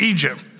Egypt